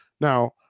Now